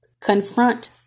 Confront